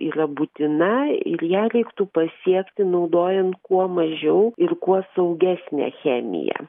yra būtina ir ją reiktų pasiekti naudojant kuo mažiau ir kuo saugesnę chemiją